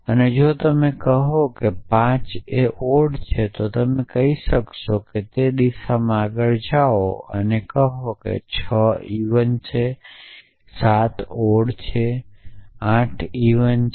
અને જો કોઈ તમને કહે કે 5 ઓડ છે તો તમે કહેશો કે તે દિશામાં આગડ જાઓ અને કહો કે 6 ઈવન છે 7 ઓડ છે 8 ઈવન છે